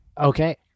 Okay